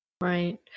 Right